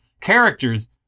characters